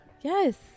Yes